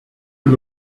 and